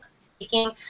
speaking